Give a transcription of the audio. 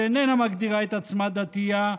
שאיננה מגדירה את עצמה דתייה,